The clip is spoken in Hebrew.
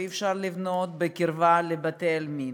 ואי-אפשר לבנות בקרבה לבתי-עלמין,